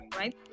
right